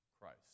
Christ